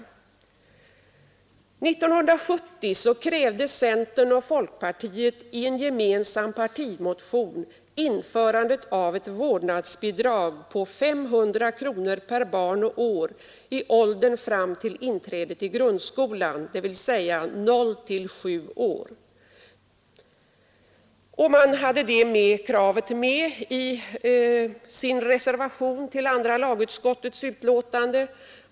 Jo, 1970 krävde centern och folkpartiet i en gemensam partimotion införande av ett vårdnadsbidrag på 500 kronor per barn och år i åldern fram till inträdet i grundskolan, dvs. från noll till sju år. Det kravet hade man också med i sin reservation till andra lagutskottets utlåtande.